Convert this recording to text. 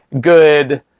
good